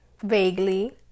Vaguely